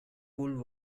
pool